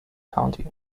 county